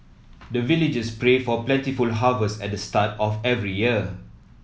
the villagers pray for plentiful harvest at the start of every year